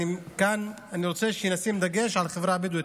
וכאן אני רוצה שנשים דגש על החברה הבדואית.